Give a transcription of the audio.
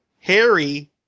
Harry